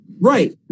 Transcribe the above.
right